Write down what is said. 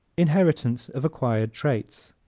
inheritance of acquired traits